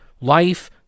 life